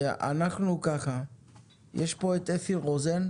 אנחנו, יש פה את אפי רוזן,